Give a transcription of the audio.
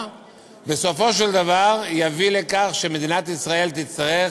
בסופו של דבר זה יביא לכך שמדינת ישראל תצטרך